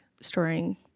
storing